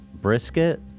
Brisket